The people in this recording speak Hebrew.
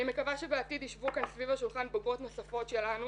אני מקווה שבעתיד ישבו כאן סביב השולחן בוגרות נוספות שלנו